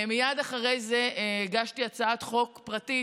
מייד אחרי זה הגשתי הצעת חוק פרטית,